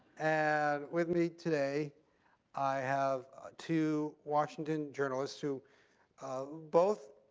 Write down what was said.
and with me today i have two washington journalists who both